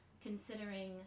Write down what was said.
considering